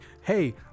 hey